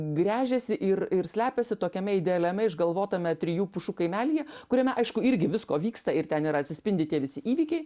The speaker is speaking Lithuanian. gręžiasi ir ir slepiasi tokiame idealiame išgalvotame trijų pušų kaimelyje kuriame aišku irgi visko vyksta ir ten yra atsispindi tie visi įvykiai